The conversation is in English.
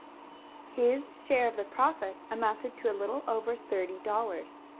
his share of the profit amounted to a little over thirty dollars.